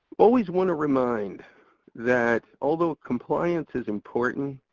always want to remind that although compliance is important,